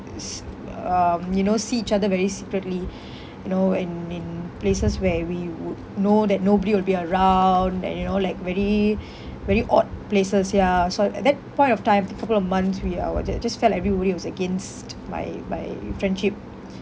is um you know see each other very secretly you know and in places where we would know that nobody will be around and you know like very very odd places ya so at that point of time a couple of months we are !wah! jus~ just felt everybody was against my my friendship